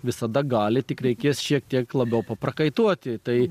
visada gali tik reikės šiek tiek labiau paprakaituoti tai